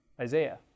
Isaiah